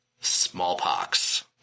Smallpox